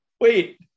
Wait